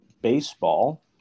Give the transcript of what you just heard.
baseball